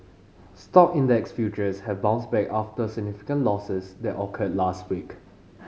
stock index futures have bounced back after significant losses that occurred last week